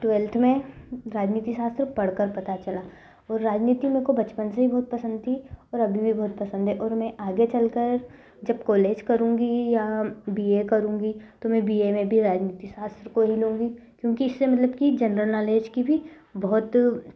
twelfth में राजनीति शास्त्र पढ़कर पता चला और राजनीति मुझको बचपन से ही बहुत पसंद थी और अभी भी बहुत पसंद है और मैं आगे चल कर जब कॉलेज करूँगी या बी ए करूँगी तो मैं बी ए में भी राजनीति शास्त्र को ही लूँगी क्योंकि इससे मतलब जर्नल नॉलेज की भी बहुत